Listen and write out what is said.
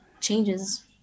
changes